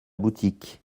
boutique